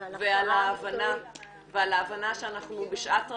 ועל ההבנה שאנחנו בשעת רצון,